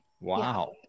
Wow